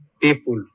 people